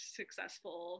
successful